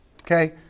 okay